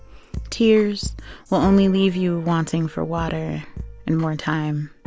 tears will only leave you wanting for water and more time,